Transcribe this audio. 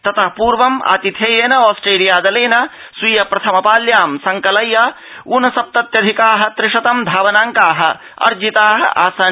ततः पूर्वम् आतिथेयेन आस्ट्रेलिया दलेन स्वीय प्रथमपाल्यां संकलय्य ऊनसप्तत्यधिकाः त्रिशतं धावनांकाः अर्जिताः आसन्